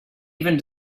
even